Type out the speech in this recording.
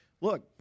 Look